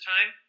time